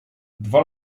dwa